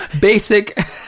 basic